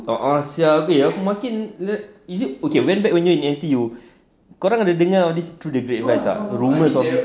a'ah sia eh makin is it okay when back in N_T_U korang ada dengar rumours